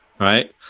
right